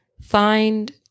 find